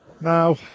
Now